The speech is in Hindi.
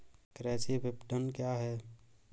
कृषि विपणन क्या है?